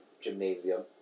gymnasium